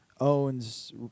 owns